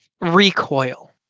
recoil